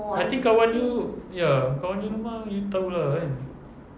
I think kawan you yeah kawan you punya rumah you tahu lah kan